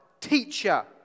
teacher